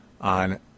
on